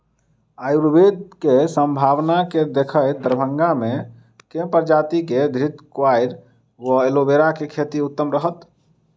आयुर्वेद केँ सम्भावना केँ देखैत दरभंगा मे केँ प्रजाति केँ घृतक्वाइर वा एलोवेरा केँ खेती उत्तम रहत?